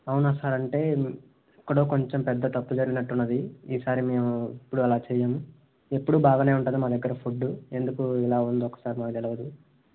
అవునా సార్ అంటే ఎక్కడో కొంచెం పెద్ద తప్పు జరిగినట్టున్నది ఈసారి మేము ఎప్పుడూ అలా చేయం ఎప్పుడూ బాగానే ఉంటుంది మా దగ్గర ఫుడ్డు ఎందుకో ఇలా ఉంది ఒకసారి నాకు తెలియదు